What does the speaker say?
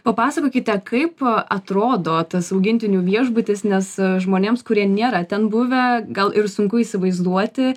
papasakokite kaip atrodo tas augintinių viešbutis nes žmonėms kurie nėra ten buvę gal ir sunku įsivaizduoti